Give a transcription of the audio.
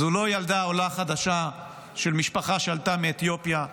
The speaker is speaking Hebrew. זו לא ילדה עולה חדשה של משפחה שעלתה מאתיופיה,